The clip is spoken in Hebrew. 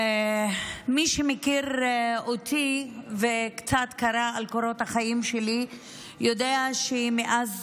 מי שמכיר אותי וקצת קרא על קורות החיים שלי יודע שמאז